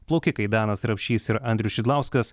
plaukikai danas rapšys ir andrius šidlauskas